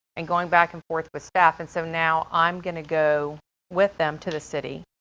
and going back and forth with staff. and so now i'm going to go with them to the city,